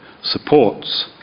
supports